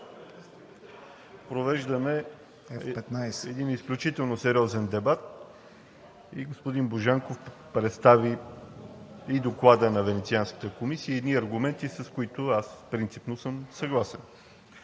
Провеждаме един изключително сериозен дебат и господин Божанков представи и Доклада на Венецианската комисия, и едни аргументи, с които принципно съм съгласен.